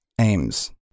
aims